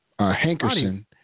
Hankerson